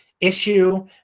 issue